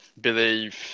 believe